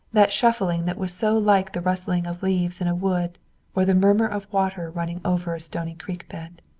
that shuffling that was so like the rustling of leaves in a wood or the murmur of water running over a stony creek bed.